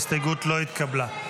ההסתייגות לא התקבלה.